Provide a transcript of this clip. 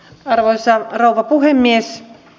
arvoisa rouva puhemies